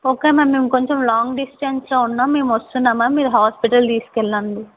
okay ma'am మేము కొంచెం long డిస్టెన్స్లో ఉన్నాం మేమొస్తున్నాం మ్యామ్ మీరు హాస్పిటల్ తీసుకెళ్ళండి